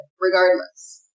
regardless